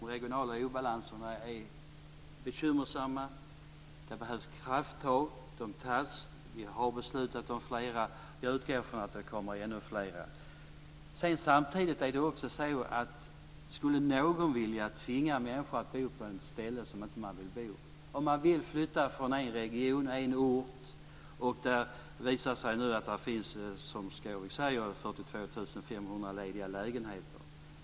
Fru talman! De regionala obalanserna är bekymmersamma. Det behövs krafttag. De tas. Vi har beslutat om flera. Jag utgår från att det kommer ännu fler. Skulle någon vilja tvinga människor att bo på ett ställe där de inte vill bo, om de vill flytta från en region och en ort, där det enligt Carl-Erik Skårman finns 42 500 lediga lägenheter?